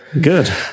Good